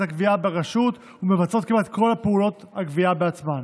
הגבייה ברשות ומבצעות כמעט את כל פעולות הגבייה בעצמן.